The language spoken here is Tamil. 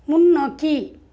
முன்னோக்கி